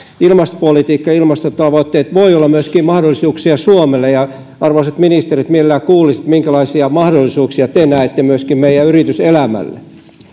ilmastopolitiikka ilmastotavoitteet voivat olla myöskin mahdollisuuksia suomelle ja arvoisat ministerit mielellään kuulisi minkälaisia mahdollisuuksia te näette meidän yrityselämälle